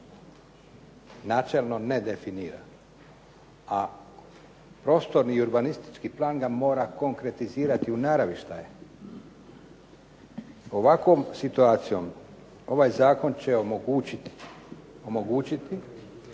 Načelno ne definira, a prostorni i urbanistički plan ga mora konkretizirati u naravi šta je. Ovakvom situacijom ovaj zakon će omogućiti,